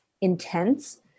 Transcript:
intense